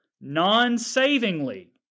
non-savingly